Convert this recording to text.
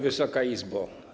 Wysoka Izbo!